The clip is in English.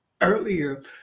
earlier